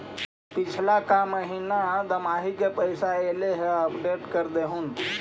पिछला का महिना दमाहि में पैसा ऐले हाल अपडेट कर देहुन?